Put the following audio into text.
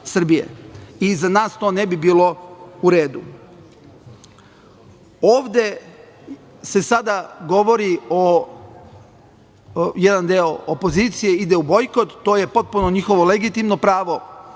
I, za nas to ne bi bilo u redu. Ovde se sada govori da jedan deo opozicije ide u bojkot. To je potpuno njihovo legitimno pravo.